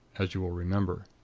as you will remember.